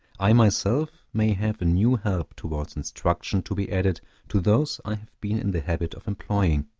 i myself may have a new help towards instruction to be added to those i have been in the habit of employing.